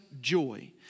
joy